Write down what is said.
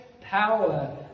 power